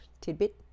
tidbit